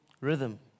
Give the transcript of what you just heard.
rhythm